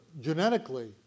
genetically